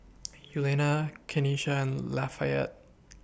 Eulalia Kanesha and Lafayette